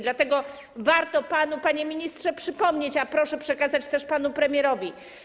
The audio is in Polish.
Dlatego warto panu, panie ministrze, przypomnieć, a proszę przekazać też panu premierowi.